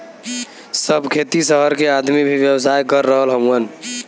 सब खेती सहर के आदमी भी व्यवसाय कर रहल हउवन